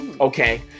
Okay